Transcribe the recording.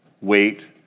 wait